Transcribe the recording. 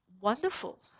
wonderful